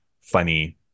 funny